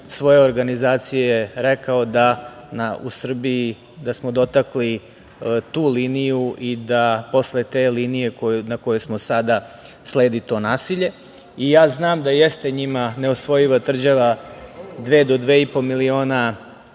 svoje organizacije rekao da smo u Srbiji dotakli tu liniju i da posle te linije na koju smo sada sledi to nasilje. Znam da jeste njima neosvojiva tvrđava dva, do